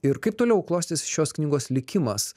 ir kaip toliau klostėsi šios knygos likimas